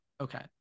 Okay